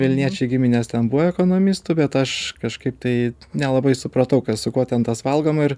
vilniečiai giminės ten buvo ekonomistų bet aš kažkaip tai nelabai supratau kas su kuo ten tas valgoma ir